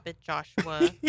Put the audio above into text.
Joshua